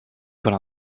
gonna